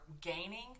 gaining